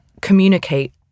communicate